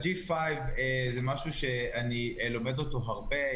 ה-5G זה משהו שאני לומד אותו הרבה.